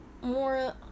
more